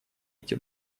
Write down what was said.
эти